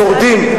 שורדים.